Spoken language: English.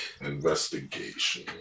investigation